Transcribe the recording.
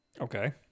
Okay